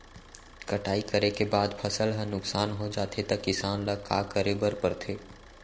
कटाई करे के बाद फसल ह नुकसान हो जाथे त किसान ल का करे बर पढ़थे?